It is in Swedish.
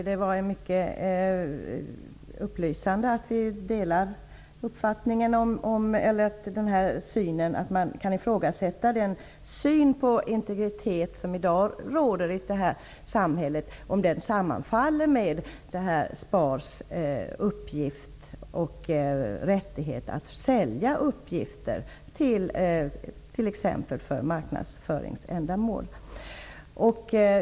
Det är mycket upplysande att höra att vi delar uppfattningen att man kan ifrågasätta om SPAR:s rättigheter att sälja uppgifter exempelvis för marknadsföringsändamål överensstämmer med den syn på integritet som råder i dagens samhälle.